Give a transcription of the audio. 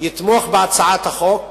יתמוך בהצעת החוק